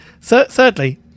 Thirdly